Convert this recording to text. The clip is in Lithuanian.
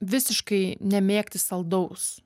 visiškai nemėgti saldaus